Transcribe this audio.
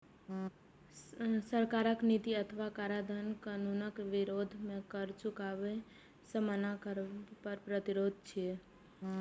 सरकारक नीति अथवा कराधान कानूनक विरोध मे कर चुकाबै सं मना करब कर प्रतिरोध छियै